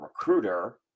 recruiter